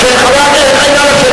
נא לשבת,